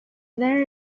there